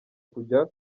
kujya